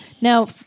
Now